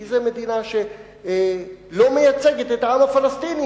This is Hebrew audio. כי זו מדינה שלא מייצגת את העם הפלסטיני,